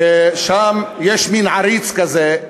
ששם יש מין עריץ כזה,